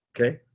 Okay